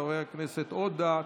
חברי הכנסת איימן עודה,